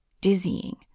dizzying